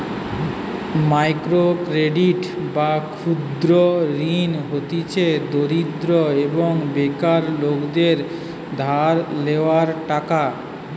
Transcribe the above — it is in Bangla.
মাইক্রো ক্রেডিট বা ক্ষুদ্র ঋণ হতিছে দরিদ্র এবং বেকার লোকদের ধার লেওয়া টাকা